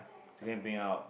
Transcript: together bring out